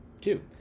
Two